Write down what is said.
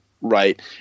Right